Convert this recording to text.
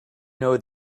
know